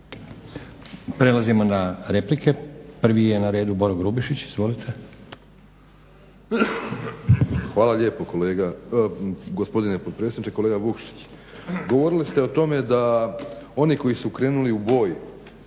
Prelazimo na replike. Prvi je na redu Boro Grubišić, izvolite. **Grubišić, Boro (HDSSB)** Hvala lijepo gospodine potpredsjedniče, kolega Vukšić. Govorili ste o tome da oni koji su krenuli u boj